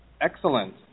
Excellent